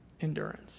endurance